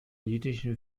jüdischen